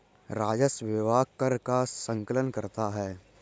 राजस्व विभाग कर का संकलन करता है